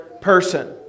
person